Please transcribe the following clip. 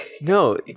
No